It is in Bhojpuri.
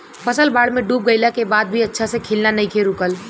फसल बाढ़ में डूब गइला के बाद भी अच्छा से खिलना नइखे रुकल